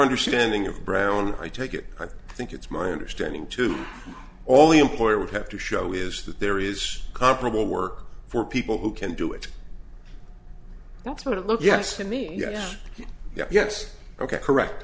understanding of brown i take it i think it's my understanding too all the employer would have to show is that there is comparable work for people who can do it all sort of look yes to me yes yes yes ok correct